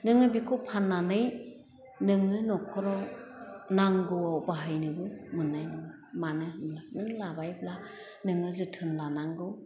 नोङो बेखौ फान्नानै नोङो नख'राव नांगौआव बाहायनोबो मोन्नाय नङा मानो होनब्ला नों लाबायब्ला नोङो जोथोन लानांगौ